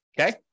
okay